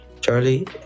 Charlie